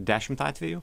dešimt atvejų